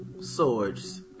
swords